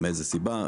מאיזו סיבה?